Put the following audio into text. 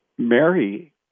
Mary